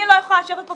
אני מבקש להוציא אותה.